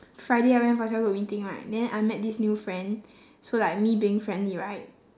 friday I went for cell group meeting right then I met this new friend so like me being friendly right